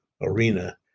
arena